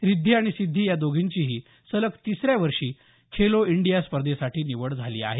रिद्धी आणि सिद्धी या दोघींचीही सलग तिसऱ्या वर्षी खेलो इंडिया स्पर्धेसाठी निवड झाली आहे